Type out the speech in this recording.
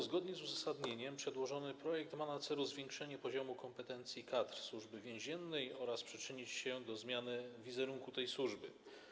Zgodnie z uzasadnieniem przedłożony projekt ma na celu zwiększenie poziomu kompetencji kadr Służby Więziennej oraz ma się przyczynić do zmiany wizerunku tej służby.